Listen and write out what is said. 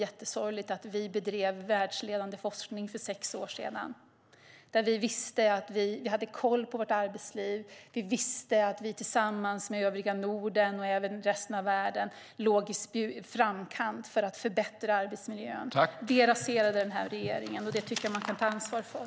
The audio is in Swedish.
Sverige bedrev världsledande forskning för sex år sedan. Vi visste att vi hade koll på vårt arbetsliv, och vi visste att vi i förhållande till övriga Norden och resten av världen låg i framkant för att förbättra arbetsmiljön. Det raserade den här regeringen, och det tycker jag att man kan ta ansvar för.